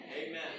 amen